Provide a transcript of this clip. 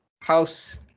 house